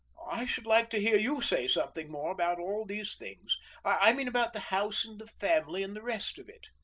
i should like to hear you say something more about all these things i mean about the house and the family, and the rest of it.